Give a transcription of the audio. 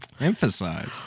Emphasize